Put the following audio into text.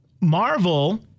Marvel